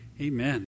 Amen